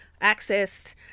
accessed